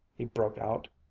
he broke out.